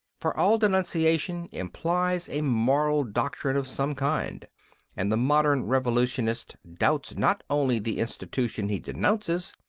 for all denunciation implies a moral doctrine of some kind and the modern revolutionist doubts not only the institution he denounces,